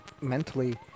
mentally